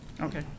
Okay